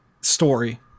story